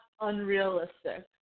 unrealistic